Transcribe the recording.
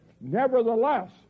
nevertheless